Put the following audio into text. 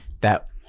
that-